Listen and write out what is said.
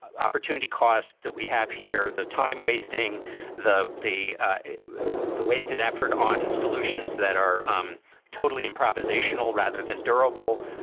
opportunity cost that we have here, the time wasting the the the wasted effort on solutions that are um totally improvisational rather than durable.